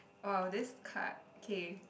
!wow! this card kay